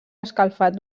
escalfat